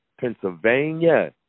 Pennsylvania